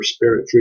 respiratory